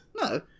No